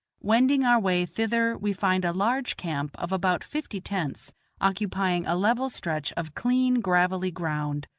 wending our way thither we find a large camp of about fifty tents occupying a level stretch of clean gravelly ground,